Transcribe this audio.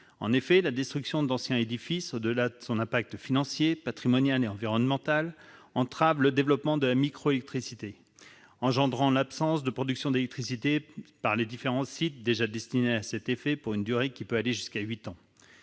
En effet, la destruction d'anciens édifices, au-delà de son impact financier, patrimonial et environnemental, entrave le développement de la microélectricité, engendrant l'absence de production d'électricité par les différents sites déjà destinés à cet effet pour une durée qui peut aller jusqu'à huit ans.